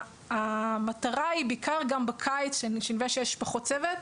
המטרה היא בעיקר גם בקיץ כשיש פחות צוות.